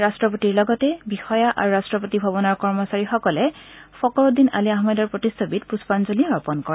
ৰট্টপতি বিষয়াসকল আৰু ৰাট্টপতি ভৱনৰ কৰ্মচাৰীসকলে ফকৰুদ্দিন আলি আহমেদৰ প্ৰতিচ্ছবিত পুষ্পাঞ্জলি অৰ্পণ কৰে